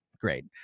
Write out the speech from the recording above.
great